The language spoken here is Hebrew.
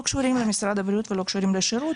קשורים למשרד הבריאות ולא קשורים לשירות,